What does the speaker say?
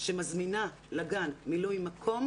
שמזמינה לגן מילוי מקום,